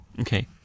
Okay